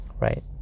right